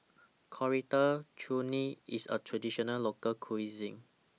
Coriander Chutney IS A Traditional Local Cuisine